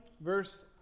verse